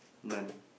none